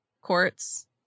Quartz